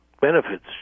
benefits